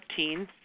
14